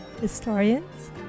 Historians